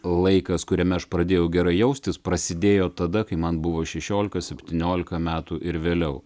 laikas kuriame aš pradėjau gerai jaustis prasidėjo tada kai man buvo šešiolika septyniolika metų ir vėliau